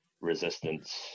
Resistance